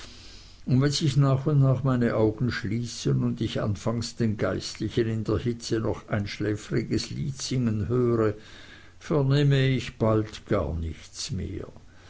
und wenn sich nach und nach meine augen schließen und ich anfangs den geistlichen in der hitze noch ein schläfriges lied singen höre vernehme ich bald gar nichts mehr